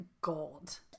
gold